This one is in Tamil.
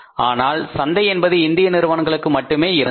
ஆனால் அந்த சந்தை என்பது இந்திய நிறுவனங்களுக்கு மட்டுமே இருந்தது